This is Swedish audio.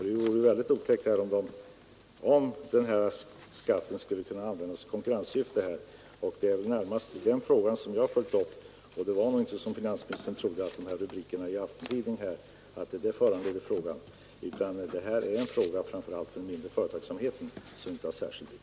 Det vore väldigt otäckt om den här skatten skulle kunna användas i konkurrenssyfte. Det är närmast den saken som jag har följt upp — det var alltså inte, som finansministern trodde, rubrikerna i en kvällstidning som föranledde min fråga. Dessa bestämmelser och anvisningar är av särskild vikt för den mindre företagsamheten.